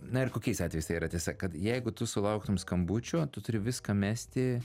na ir kokiais atvejais tai yra tiesa kad jeigu tu sulauktum skambučio tu turi viską mesti